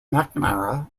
mcnamara